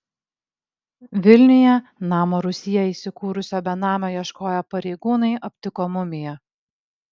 vilniuje namo rūsyje įsikūrusio benamio ieškoję pareigūnai aptiko mumiją